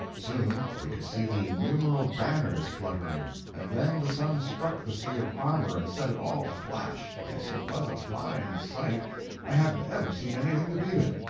soon we could see the innumerable banners fluttering, and then the sun struck the sea of armor and set it all aflash. yes, it was a fine sight i hadn't ever seen anything to beat it.